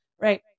right